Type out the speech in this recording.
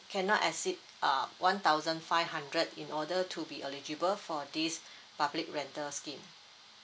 cannot exceed uh one thousand five hundred in order to be eligible for this public rental scheme